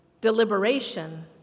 deliberation